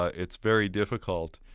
ah it's very difficult,